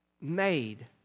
made